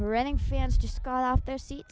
reading fans just got off their seats